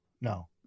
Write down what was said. No